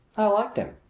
i liked him.